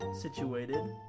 situated